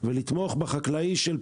ולתמוך בחקלאי של פולין,